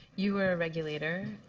you are a regulator.